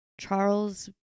Charles